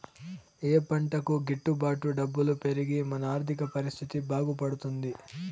ఏ పంటకు గిట్టు బాటు డబ్బులు పెరిగి మన ఆర్థిక పరిస్థితి బాగుపడుతుంది?